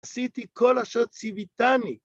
עשיתי כל אשר ציוויתני